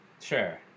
Sure